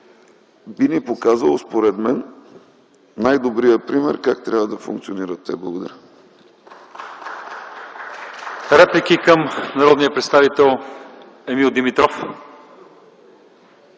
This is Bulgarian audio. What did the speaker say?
би ни показало най-добрия пример как трябва да функционират те. Благодаря.